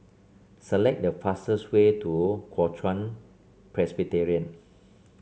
select the fastest way to Kuo Chuan Presbyterian